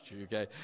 okay